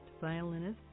violinist